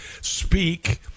speak